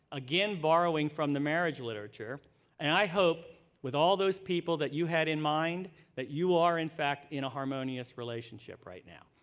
again bore ring from the marriage literature and i hope with all of those people that you had in mind that you are, in fact, in a harmonious relationship right now.